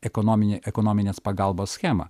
ekonominę ekonominės pagalbos schemą